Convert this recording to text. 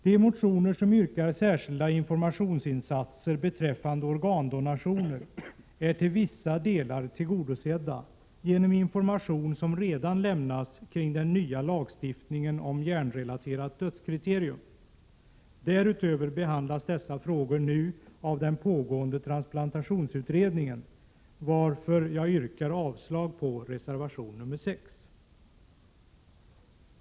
De motioner där man yrkar särskilda informationsinsatser beträffande organdonationer är till vissa delar tillgodosedda genom den information som redan lämnats beträffande den nya lagstiftningen om hjärnrelaterat dödskriterium. Dessutom behandlas dessa frågor nu av den pågående transplantationsutredningen, varför jag yrkar avslag på reservation 6.